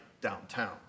downtown